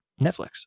Netflix